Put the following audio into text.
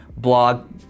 blog